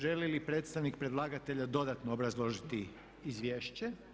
Želi li predstavnik predlagatelja dodatno obrazložiti izvješće?